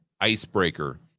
icebreaker